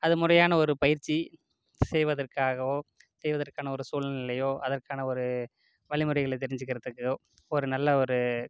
அது முறையான ஒரு பயிற்சி செய்வதற்காகவோ செய்வதற்கான ஒரு சூழ்நிலையோ அதற்கான ஒரு வழிமுறைகளை தெரிஞ்சுக்கிறதுக்கோ ஒரு நல்ல ஒரு